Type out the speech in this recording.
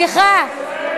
סליחה,